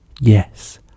yes